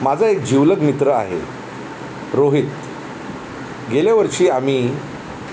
माझा एक जीवलग मित्र आहे रोहित गेल्यावर्षी आम्ही